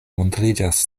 montriĝas